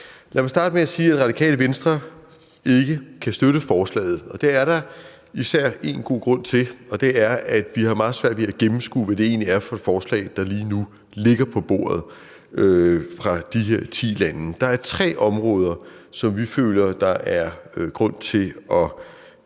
Jeg vil starte med sige, at Radikale Venstre ikke kan støtte forslaget. Det er der især en god grund til, og det er, at vi har meget svært ved at gennemskue, hvad det egentlig er for et forslag, der lige nu ligger på bordet, fra de her ti lande. Der er tre områder, som vi føler der er grund til at